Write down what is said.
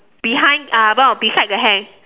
behind uh no beside the hair